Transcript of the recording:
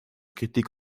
kritiek